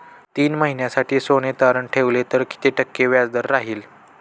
तीन महिन्यासाठी सोने तारण ठेवले तर किती टक्के व्याजदर राहिल?